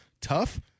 tough